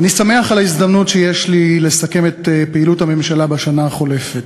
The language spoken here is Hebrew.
אני שמח על ההזדמנות שיש לי לסכם את פעילות הממשלה בשנה החולפת.